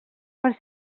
per